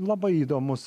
labai įdomus